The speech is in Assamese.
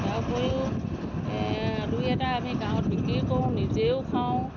তাৰ উপৰিও দুই এটা আমি গাঁৱত বিক্ৰীও কৰোঁ নিজেও খাওঁ